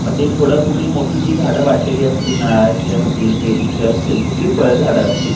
मग ते थोडं कुठली मोठी जी झाडं वाढलेली असतील नारळाची असतील पेरूची असतील कुठलीही फळझाडं असतील